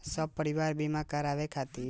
सपरिवार बीमा करवावे खातिर का करे के होई?